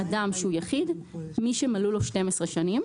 "אדם" שהוא יחיד מי שמלאו לו שתים עשרה שנים.